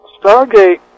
Stargate